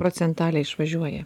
procentaliai išvažiuoja